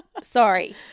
Sorry